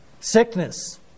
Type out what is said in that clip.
sickness